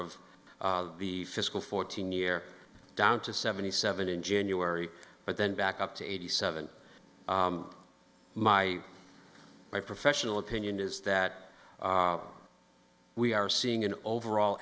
of the fiscal fourteen year down to seventy seven in january but then back up to eighty seven my my professional opinion is that we are seeing an overall